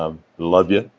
um love ya.